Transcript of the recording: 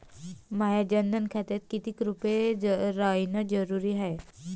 माह्या जनधन खात्यात कितीक रूपे रायने जरुरी हाय?